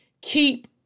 keep